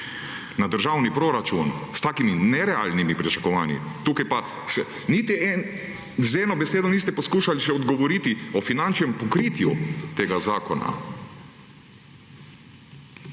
na državni proračun s takimi nerealnimi pričakovanji, tukaj se pa, niti z eno besedo niste poskušali še odgovoriti o finančnem pokritju tega zakona.